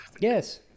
yes